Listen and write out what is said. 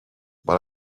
but